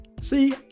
See